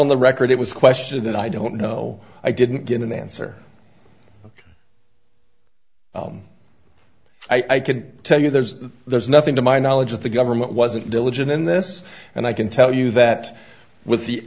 on the record it was a question that i don't know i didn't get an answer i can tell you there's there's nothing to my knowledge that the government wasn't diligent in this and i can tell you that with the